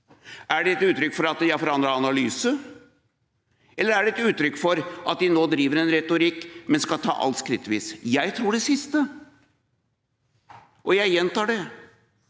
Er det et uttrykk for at de har forandret analyse, eller er det et uttrykk for at de nå driver en retorikk, men skal ta alt skrittvis? Jeg tror det siste, og jeg gjentar det.